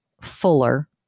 fuller